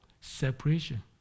separation